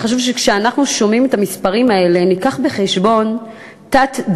וחשוב שכשאנחנו שומעים את המספרים האלה ניקח בחשבון תת-דיווח